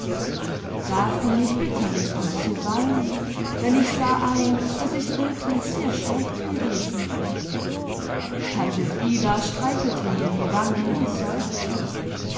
da fing ich bitterlich an zu weinen denn ich sah ein daß ich wirklich sehr schlecht gewesen war tante frieda streichelte mir die wangen imd seufzte